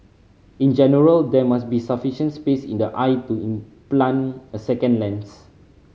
in general there must be sufficient space in the eye to implant a second lens